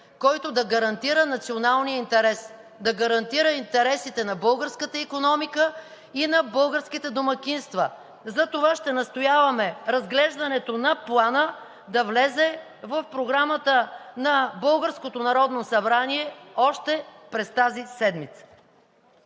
който да гарантира националния интерес, да гарантира интересите на българската икономика и на българските домакинства. Затова ще настояваме разглеждането на Плана да влезе в Програмата на българското Народно